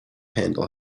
handle